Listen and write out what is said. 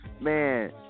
Man